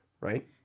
Right